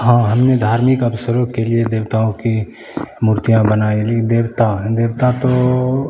हाँ हमने धार्मिक अवसरों के लिए देवताओं की मूर्तियाँ बनाई है देवता देवता तो